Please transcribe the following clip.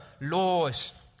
laws